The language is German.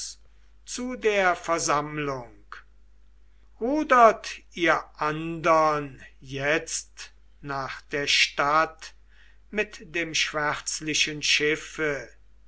zu der versammlung rudert ihr andern jetzt nach der stadt mit dem schwärzlichen schiffe